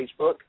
Facebook